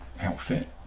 outfit